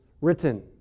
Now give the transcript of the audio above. written